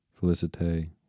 Felicite